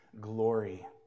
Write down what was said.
glory